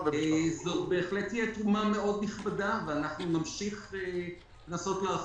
זו בהחלט תהיה תרומה נכבדה מאוד ואנחנו נמשיך לנסות להרחיב.